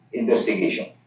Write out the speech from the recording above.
investigation